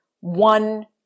one